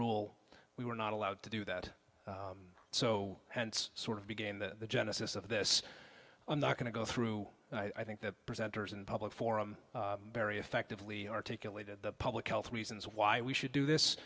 rule we were not allowed to do that so and sort of began the genesis of this i'm not going to go through and i think that presenters in public forum very effectively articulated the public health reasons why we should do this